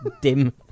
dim